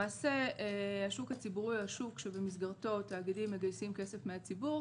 למעשה השוק הציבורי הוא השוק שבמסגרתו תאגידים מגייסים כסף מהציבור,